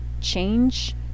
change